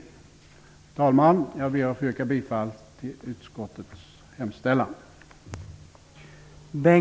Herr talman! Jag ber att få yrka bifall till utskottets hemställan.